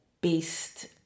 based